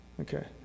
Okay